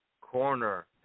corner